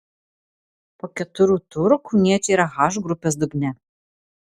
po keturių turų kauniečiai yra h grupės dugne